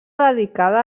dedicada